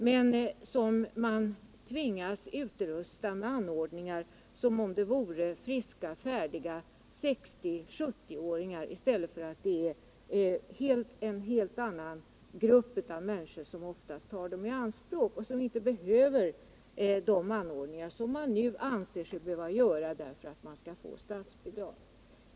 Men man tvingas utrusta dem med anordningar som om de vore avsedda för friska och färdiga 60-65-åringar, trots att det är helt annan grupp 145 människor som oftast tar dem i anspråk och som inte behöver de anordningar man nu tvingas göra för att få statsbidrag.